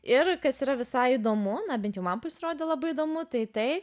ir kas yra visai įdomu na bent jau man pasirodė labai įdomu tai tai